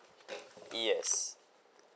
yes